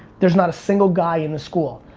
there's not a single guy in the school.